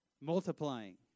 multiplying